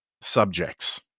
subjects